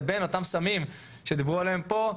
לבין אותם סמים שדיברו עליהם פה,